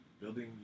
building